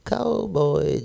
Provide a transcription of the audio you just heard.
Cowboy